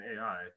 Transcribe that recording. AI